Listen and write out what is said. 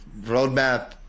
roadmap